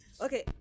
okay